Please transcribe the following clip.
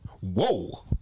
Whoa